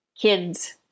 kids